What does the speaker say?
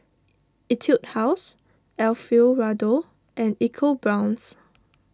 Etude House Alfio Raldo and EcoBrown's